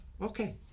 okay